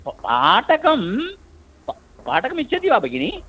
भाटकं भाटकमिच्छति वा भगिनि